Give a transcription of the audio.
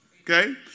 Okay